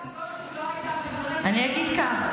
למה טלי גוטליב לא הייתה, אני אגיד כך,